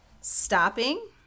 stopping